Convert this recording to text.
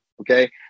Okay